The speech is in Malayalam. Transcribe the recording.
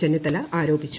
ചെന്നിത്തല ആരോപിച്ചു